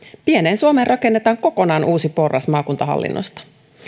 pieneen suomeen rakennetaan kokonaan uusi porras maakuntahallinnosta